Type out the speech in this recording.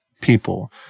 people